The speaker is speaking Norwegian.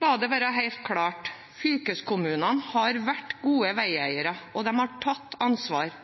La det være helt klart: Fylkeskommunene har vært gode veieiere, og de har tatt ansvar.